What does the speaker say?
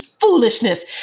Foolishness